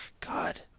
God